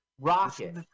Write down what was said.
rocket